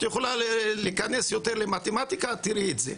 את יכולה להיכנס יותר למתמטיקה, את תראי את זה.